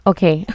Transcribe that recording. Okay